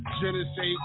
Genesis